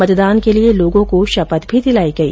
मतदान के लिये लोगों को शपथ भी दिलाई गई